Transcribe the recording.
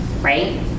right